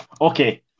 Okay